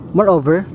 Moreover